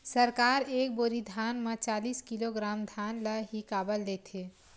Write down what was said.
सरकार एक बोरी धान म चालीस किलोग्राम धान ल ही काबर लेथे?